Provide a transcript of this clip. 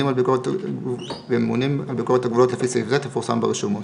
על ביקורת הגבולות לפי סעיף זה תפורסם ברשומות."